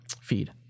feed